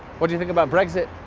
what do you think about brexit?